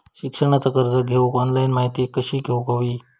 शिक्षणाचा कर्ज घेऊक ऑनलाइन माहिती कशी घेऊक हवी?